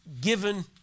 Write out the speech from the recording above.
given